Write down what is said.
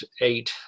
eight